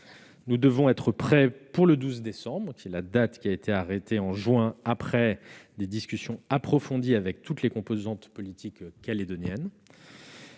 Nous devons être prêts pour le 12 décembre, date arrêtée en juin après des discussions approfondies avec toutes les composantes politiques calédoniennes.